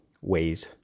ways